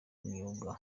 imyuga